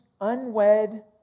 unwed